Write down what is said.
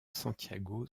santiago